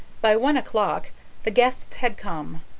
by one o'clock the guests had come,